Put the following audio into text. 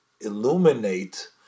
illuminate